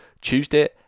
Tuesday